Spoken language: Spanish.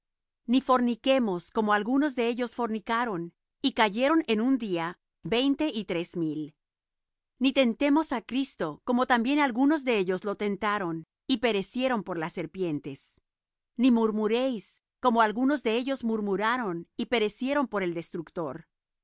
ni forniquemos como algunos de ellos fornicaron y cayeron en un día veinte y tres mil ni tentemos á cristo como también algunos de ellos le tentaron y perecieron por las serpientes ni murmuréis como algunos de ellos murmuraron y perecieron por el destructor